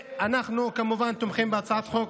אנחנו כמובן תומכים בהצעת החוק